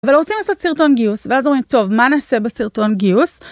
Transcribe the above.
אבל רוצים לעשות סרטון גיוס, ואז אומרים, טוב, מה נעשה בסרטון גיוס?